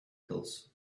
pills